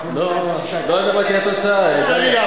לא דיברתי על התוצאה, דליה.